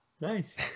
nice